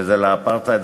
וזה לאפרטהייד.